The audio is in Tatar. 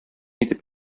итеп